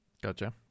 Gotcha